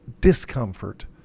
discomfort